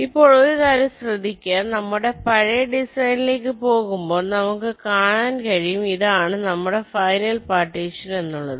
ഇപ്പോൾ ഒരു കാര്യം ശ്രദ്ധിക്കുക നമ്മുടെ പഴയ ഡിസൈൻ ലേക്ക് പോകുമ്പോൾ നമുക്ക് കാണാൻ കഴിയും ഇതാണ് നമ്മുടെ ഫൈനൽ പാർട്ടീഷൻ എന്നുള്ളത്